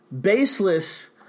baseless